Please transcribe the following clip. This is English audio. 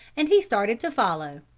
and he started to follow.